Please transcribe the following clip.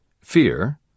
Fear